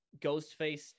Ghostface